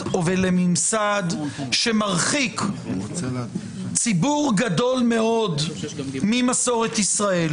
שמרחיק ציבור גדול מאוד ממסורת ישראל,